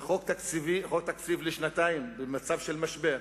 וחוק תקציב לשנתיים במצב של משבר,